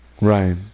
Right